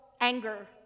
anger